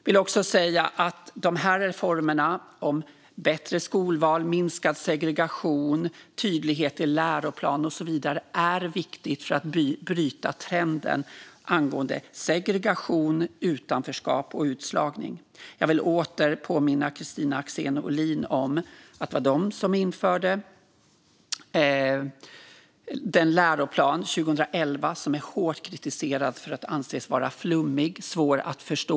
Reformerna i fråga om bättre skolval, minskad segregation, tydlighet i läroplan och så vidare är viktiga för att bryta trenden angående segregation, utanförskap och utslagning. Jag vill åter påminna Kristina Axén Olin om att det var Moderaterna som införde läroplanen från 2011, som är hårt kritiserad för att vara flummig och svår att förstå.